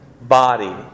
body